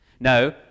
No